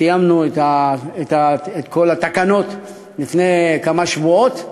סיימנו את כל התקנות לפני כמה שבועות.